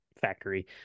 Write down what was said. factory